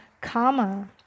karma